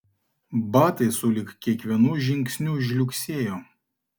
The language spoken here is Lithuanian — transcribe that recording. batai sulig kiekvienu žingsniu žliugsėjo